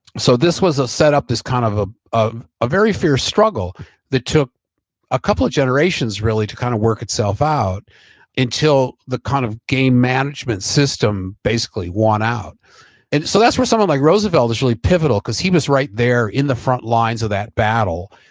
so this was a set up, this kind of ah of a very fierce struggle that took a couple of generations really to kind of work itself out until the kind of game management system basically worn out and so that's where someone like roosevelt initially pivotal, because he was right there in the front lines of that battle,